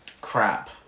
crap